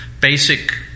basic